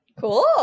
Cool